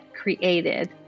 created